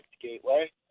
Gateway